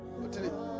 continue